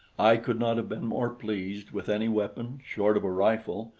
i could not have been more pleased with any weapon, short of a rifle,